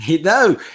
No